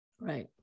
Right